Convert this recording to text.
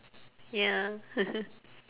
ya